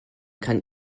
kann